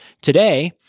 Today